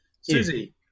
Susie